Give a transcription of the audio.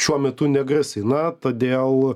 šiuo metu negrasina todėl